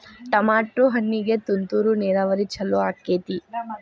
Tomato ಹಣ್ಣಿಗೆ ತುಂತುರು ನೇರಾವರಿ ಛಲೋ ಆಕ್ಕೆತಿ?